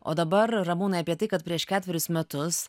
o dabar ramūnai apie tai kad prieš ketverius metus